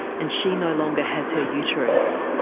and she no longer has her uterus,